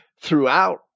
throughout